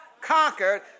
Conquered